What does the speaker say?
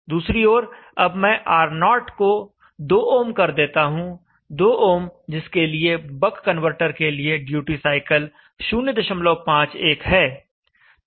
दूसरी ओर अब मैं R0 को 2 ओम कर देता हूं 2 ओम जिसके लिए बक कनवर्टर के लिए ड्यूटी साइकिल 051 है